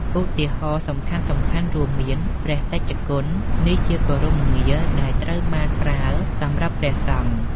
ឧទាហរណ៍សំខាន់ៗរួមមាន ព្រះតេជគុណ នេះជាគោរមងារដែលត្រូវបានប្រើសម្រាប់ព្រះសង្ឃ។